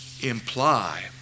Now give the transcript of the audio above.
imply